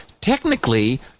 technically